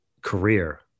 career